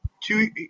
two –